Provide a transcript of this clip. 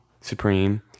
Supreme